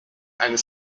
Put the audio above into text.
eines